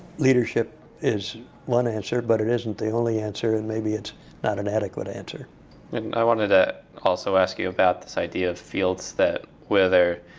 leadership is one answer, but it isn't the only answer, and maybe it's not an adequate answer. interviewer and i wanted to also ask you about this idea of fields that wither.